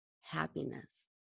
happiness